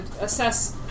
assess